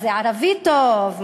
מה זה ערבי טוב,